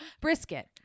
brisket